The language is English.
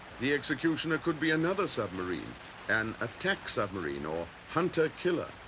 the executioner could be another submarine an attack submarine or hunter-killer.